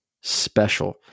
special